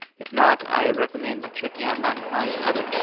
if not, i recommend checking out matt klein's other